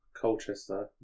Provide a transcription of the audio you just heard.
Colchester